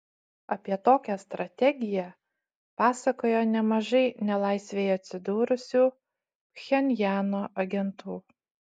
apie tokią strategiją pasakojo nemažai nelaisvėje atsidūrusių pchenjano agentų